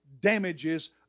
damages